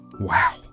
wow